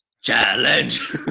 challenge